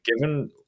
given